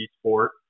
sport